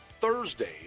Thursday